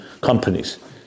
companies